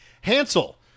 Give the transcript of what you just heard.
Hansel